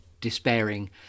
despairing